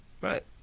Right